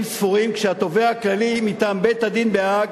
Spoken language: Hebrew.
ספורים כשהתובע הכללי מטעם בית-הדין בהאג